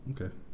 Okay